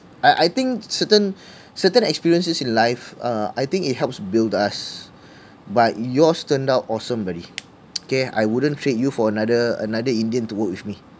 I I think certain certain experiences in life uh I think it helps build us but yours turned out awesome buddy okay I wouldn't trade you for another another indian to work with me